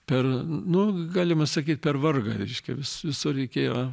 per nu galima sakyt per vargą reiškia vis visur reikėjo